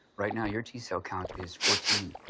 right now your t-cell count is fourteen.